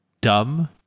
dumb